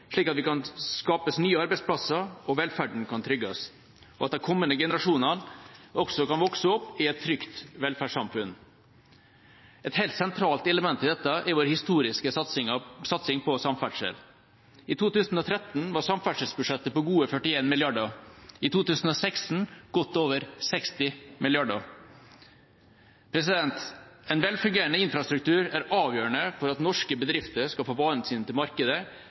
slik at det kan skapes nye arbeidsplasser og velferden kan trygges, slik at de kommende generasjonene også kan vokse opp i et trygt velferdssamfunn. Et helt sentralt element i dette er vår historiske satsing på samferdsel. I 2013 var samferdselsbudsjettet på gode 41 mrd. kr, i 2016 godt over 60 mrd. kr. En velfungerende infrastruktur er avgjørende for at norske bedrifter skal få varene sine til markedet,